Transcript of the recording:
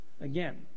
Again